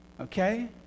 okay